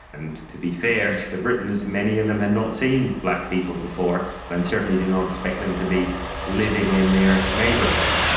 and to be fair to the britons, many of them had not seen black people before and certainly did not expect them to be living in their neighbourhoods.